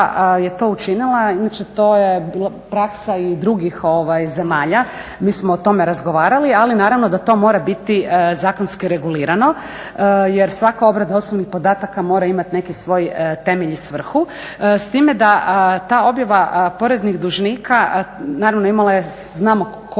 je to učinila, inače to je praksa i drugih zemalja mi smo o tome razgovarali, ali naravno da to mora biti zakonski regulirano jer svaka obrada osobnih podataka mora imati neki svoj temelj i svrhu s time da ta objava poreznih dužnika, znamo koja je svrha te